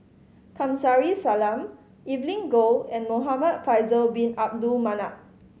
Kamsari Salam Evelyn Goh and Muhamad Faisal Bin Abdul Manap